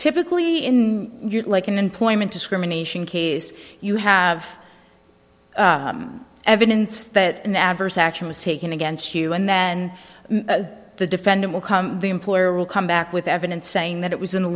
typically in good like an employment discrimination case you have evidence that an adverse action was taken against you and then the defendant will come the employer will come back with evidence saying that it was an